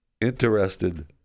interested